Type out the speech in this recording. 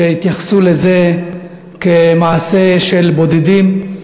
והם התייחסו לזה כאל מעשה של בודדים.